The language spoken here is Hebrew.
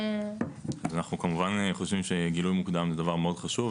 אז אנחנו כמובן חושבים שגילוי מוקדם זה דבר מאוד חשוב,